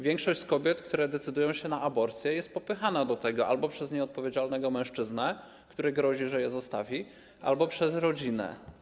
Większość kobiet, które decydują się na aborcję, jest popychana do tego albo przez nieodpowiedzialnego mężczyznę, który grozi, że kobietę zostawi, albo przez rodzinę.